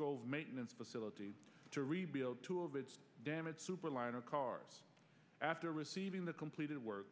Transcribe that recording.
grove maintenance facility to rebuild two of its damaged superliner cars after receiving the completed work